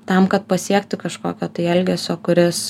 tam kad pasiektų kažkokio tai elgesio kuris